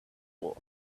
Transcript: war